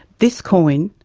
this coin,